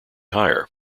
higher